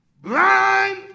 blind